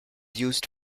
used